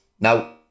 Now